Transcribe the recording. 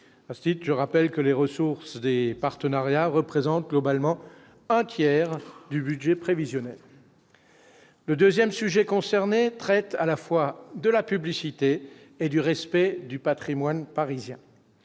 parce je rappelle que les ressources des partenariats représentent probablement un tiers du budget prévisionnel, le 2ème sujet concerné traite à la fois de la publicité et du respect du Patrimoine parisien,